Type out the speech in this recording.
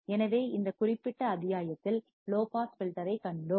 எனவே இந்த குறிப்பிட்ட அத்தியாயத்தில் லோ பாஸ் ஃபில்டர் ஐக் கண்டோம்